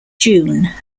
june